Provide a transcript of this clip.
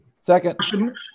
Second